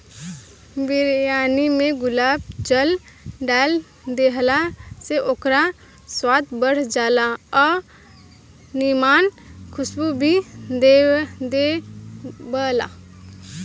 बिरयानी में गुलाब जल डाल देहला से ओकर स्वाद बढ़ जाला आ निमन खुशबू भी देबेला